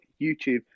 youtube